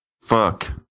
fuck